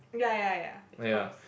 ya ya ya of course